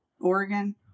Oregon